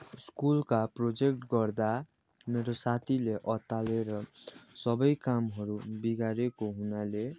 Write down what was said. स्कुलका प्रोजेक्ट गर्दा मेरो साथीले अत्तालिएर सबै कामहरू बिगारेको हुनाले